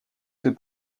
ses